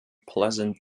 pleasant